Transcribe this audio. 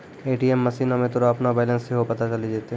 ATM मशीनो मे तोरा अपनो बैलेंस सेहो पता चलि जैतै